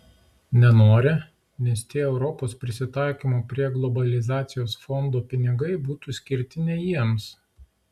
nenori nes tie europos prisitaikymo prie globalizacijos fondo pinigai būtų skirti ne jiems